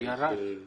וירד.